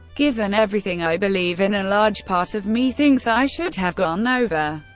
given everything i believe in, a large part of me thinks i should have gone over.